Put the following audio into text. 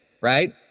right